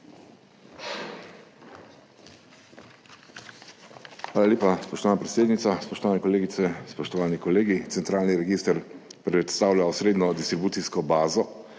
Hvala lepa, spoštovana predsednica. Spoštovane kolegice, spoštovani kolegi! Centralni register predstavlja osrednjo distribucijsko bazo,